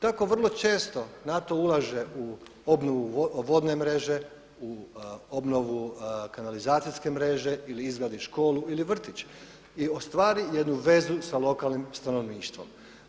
Tako vrlo često NATO ulaže u obnovu vodne mreže, u obnovu kanalizacijske mreže ili izgradi školu ili vrtić i ostvari jednu vezu sa lokalnim stanovništvom.